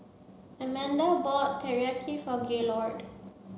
Amanda bought Teriyaki for Gaylord